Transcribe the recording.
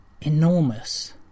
enormous